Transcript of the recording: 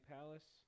Palace